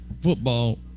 football